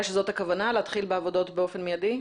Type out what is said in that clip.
להתחיל בעבודות באופן מיידי?